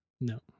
No